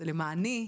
זה למעני,